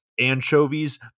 anchovies